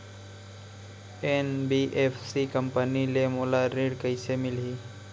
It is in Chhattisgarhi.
एन.बी.एफ.सी कंपनी ले मोला ऋण कइसे मिलही?